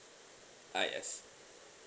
uh yes